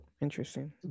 interesting